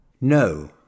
No